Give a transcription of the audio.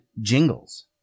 jingles